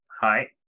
Hi